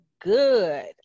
good